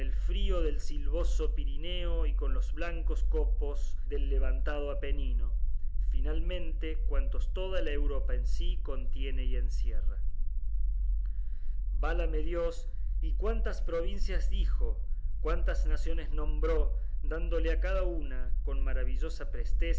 frío del silvoso pirineo y con los blancos copos del levantado apenino finalmente cuantos toda la europa en sí contiene y encierra válame dios y cuántas provincias dijo cuántas naciones nombró dándole a cada una con maravillosa